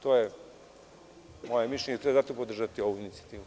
To je moje mišljenje i zato ću podržati ovu inicijativu.